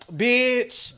bitch